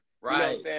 right